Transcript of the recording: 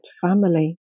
family